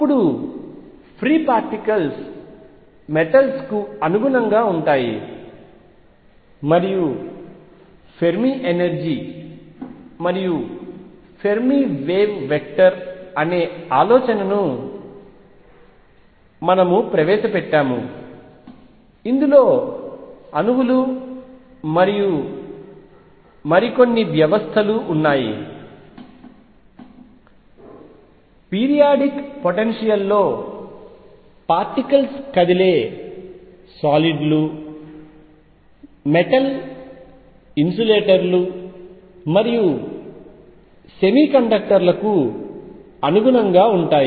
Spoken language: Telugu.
అప్పుడు ఫ్రీ పార్టికల్స్ మెటల్స్ కు అనుగుణంగా ఉంటాయి మరియు ఫెర్మి ఎనర్జీ మరియు ఫెర్మి వేవ్ వెక్టర్ అనే ఆలోచనను మనము ప్రవేశపెట్టాము ఇందులో అణువులు మరియు మరికొన్ని వ్యవస్థలు ఉన్నాయి పీరియాడిక్ పొటెన్షియల్ లో పార్టికల్స్ కదిలే సాలిడ్లు మెటల్ ఇన్సులేటర్లు మరియు సెమీకండక్టర్లకు అనుగుణంగా ఉంటాయి